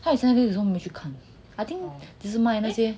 他有 send 那个 Zoom 的 I think